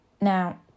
Now